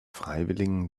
freiwilligen